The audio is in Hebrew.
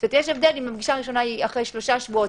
יש הבדל אם הפגישה הראשונה היא אחרי שלושה שבועות,